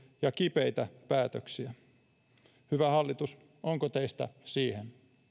ja kipeitä päätöksiä hyvä hallitus onko teistä siihen joko näitä